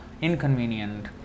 inconvenient